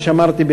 וכפי שאמרתי,